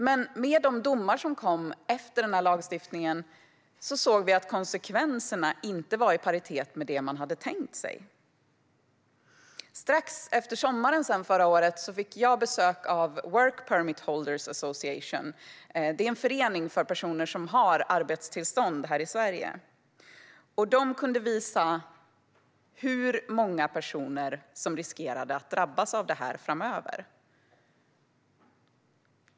I och med de domar som meddelades efter den här lagstiftningen såg vi att konsekvenserna inte var i paritet med det som man hade tänkt sig. Strax efter sommaren förra året fick jag besök av Work Permit Holders Association. Det är en förening för personer som har arbetstillstånd i Sverige. Man visade hur många personer det var som riskerade att drabbas av detta framöver.